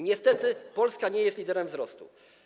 Niestety, Polska nie jest liderem wzrostu.